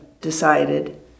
decided